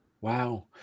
Wow